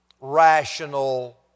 rational